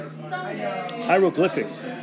hieroglyphics